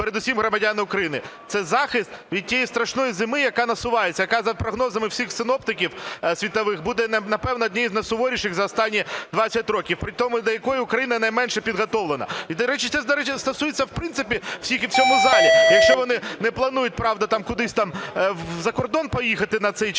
передусім громадяни України? Це захист від тієї страшної зими, яка насувається, яка, за прогнозами всіх синоптиків світових, буде, напевно, однією з найсуворіших за останні 20 років, при тому до якої Україна найменше підготовлена. І до речі, це стосується, в принципі, всіх і в цьому залі, якщо вони не планують, правда, кудись там за кордон поїхати на цей час